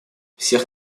всех